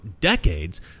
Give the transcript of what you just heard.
decades